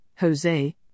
Jose